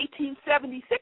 1876